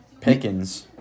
Pickens